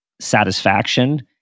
satisfaction